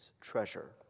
treasure